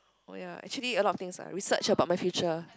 oh ya actually a lot of things lah research about my future